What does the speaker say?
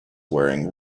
wearing